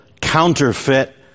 counterfeit